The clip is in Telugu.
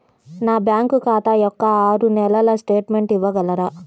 నా బ్యాంకు ఖాతా యొక్క ఆరు నెలల స్టేట్మెంట్ ఇవ్వగలరా?